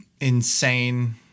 insane